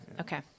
Okay